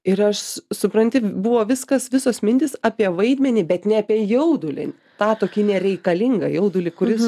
ir aš supranti buvo viskas visos mintys apie vaidmenį bet ne apie jaudulį tą tokį nereikalingą jaudulį kuris